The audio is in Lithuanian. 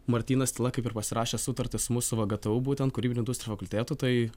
martynas tyla kaip ir pasirašė sutartį su mūsų vgtu būtent kūrybinių industrijų fakultetu tai